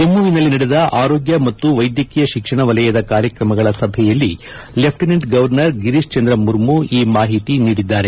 ಜಮ್ಮನಲ್ಲಿ ನಡೆದ ಆರೊಗ್ಯ ಮತ್ತು ವೈದ್ಯಕೀಯ ಶಿಕ್ಷಣ ವಲಯದ ಕಾರ್ಯಕ್ರಮಗಳ ಸಭೆಯಲ್ಲಿ ಲೆಫ್ಟಿನೆಂಟ್ ಗವರ್ನರ್ ಗಿರೀಶ್ ಚಂದ್ರ ಮುರ್ಮು ಈ ಮಾಹಿತಿ ನೀಡಿದ್ದಾರೆ